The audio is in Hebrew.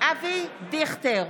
אבי דיכטר,